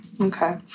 Okay